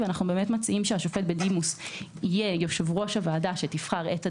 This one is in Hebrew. אנחנו מציעים שהשופט בדימוס יהיה יושב-ראש הוועדה שתבחר את הדיינים,